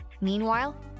Meanwhile